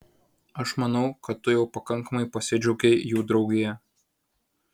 aš manau kad tu jau pakankamai pasidžiaugei jų draugija